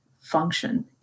function